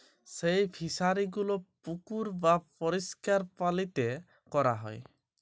যেই ফিশারি গুলো পুকুর বাপরিষ্কার পালিতে ক্যরা হ্যয়